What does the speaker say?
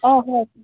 অঁ হয়